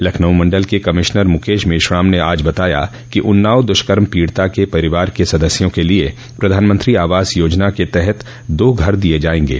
लखनऊ मण्डल के कमिश्नर मुकेश मश्राम ने आज बताया कि उन्नाव द्ष्कर्म पीड़िता के परिवार के सदस्यों के लिए पधानमंत्री आवास योजना के तहत दो घर दिये जायेंगे